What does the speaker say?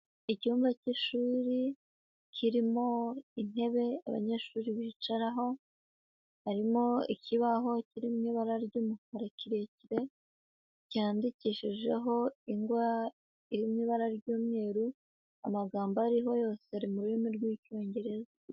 Icyumba k'ishuri kirimo intebe abanyeshuri bicaraho, harimo ikibaho kiri mu ibara ry'umukara kirekire cyandikishijeho ingwa iri mu ibara ry'umweru, amagambo ari ho yose ari mu rurimi rw'Icyongereza.